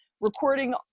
recording